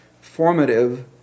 formative